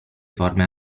forme